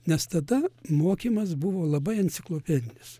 nes tada mokymas buvo labai enciklopedinis